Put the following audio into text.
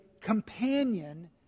companion